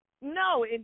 No